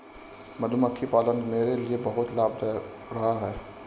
मधुमक्खी पालन मेरे लिए बहुत लाभदायक रहा है